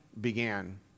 began